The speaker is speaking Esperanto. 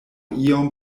iom